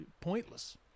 pointless